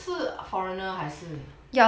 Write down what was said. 是 foreigner 还是